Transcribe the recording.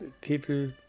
people